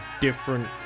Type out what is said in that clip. different